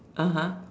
(uh huh)